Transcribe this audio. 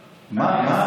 מרגי,